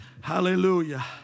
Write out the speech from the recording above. Hallelujah